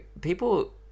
people